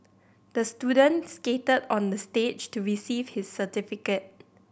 the student skated on the stage to receive his certificate